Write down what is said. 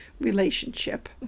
relationship